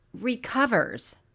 recovers